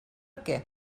què